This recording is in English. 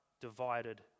divided